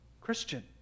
Christian